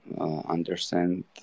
understand